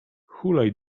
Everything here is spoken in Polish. hulaj